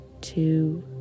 two